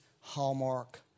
Hallmark